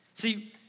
See